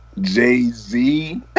Jay-Z